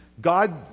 God